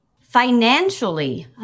financially